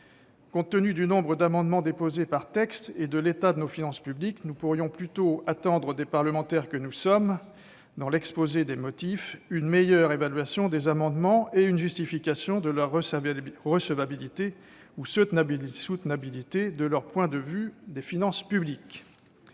Compte tenu du nombre d'amendements déposés par texte et de l'état de nos finances publiques, nous pourrions plutôt attendre des parlementaires que nous sommes, dans l'exposé des motifs, une meilleure évaluation des amendements et une justification de leur recevabilité ou soutenabilité du point de vue des finances publiques.